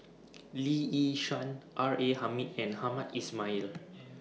Lee Yi Shyan R A Hamid and Hamed Ismail